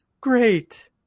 great